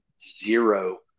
zero